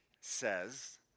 says